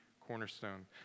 cornerstone